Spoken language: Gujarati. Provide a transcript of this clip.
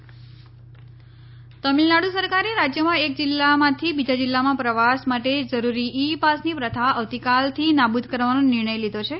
તમિલનાડુ ઈ પાસ તમીલનાડુ સરકારે રાજ્યમાં એક જિલ્લામાંથી બીજા જિલ્લામાં પ્રવાસ માટે જરૂરી ઈ પાસની પ્રથા આવતીકાલથી નાબૂદ કરવાનો નિર્ણય લીધો છે